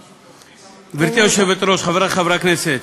גברתי היושבת-ראש, חברי חברי הכנסת,